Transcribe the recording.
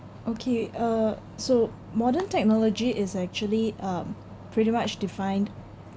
okay uh so modern technology is actually um pretty much defined